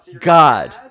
God